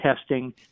testing